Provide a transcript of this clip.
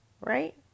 Right